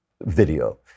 video